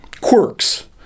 quirks